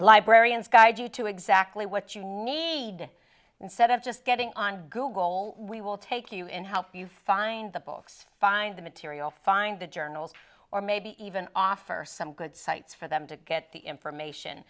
librarians guide you to exactly what you need instead of just getting on google we will take you in house you find the books find the material find the journals or maybe even offer some good sites for them to get the information